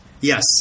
Yes